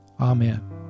Amen